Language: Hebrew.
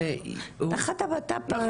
תחת הבט"פ, לא נפרד.